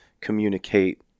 communicate